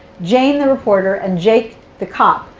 jane, the reporter, and jake, the cop,